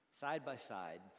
side-by-side